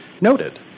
noted